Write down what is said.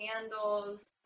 candles